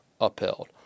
upheld